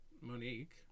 Monique